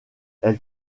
elle